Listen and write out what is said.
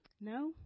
No